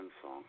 song